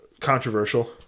controversial